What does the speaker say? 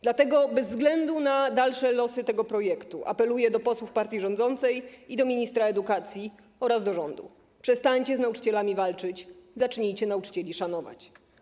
Dlatego bez względu na dalsze losy tego projektu apeluję do posłów partii rządzącej i do ministra edukacji oraz do rządu: przestańcie z nauczycielami walczyć, zacznijcie nauczycieli szanować.